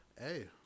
Hey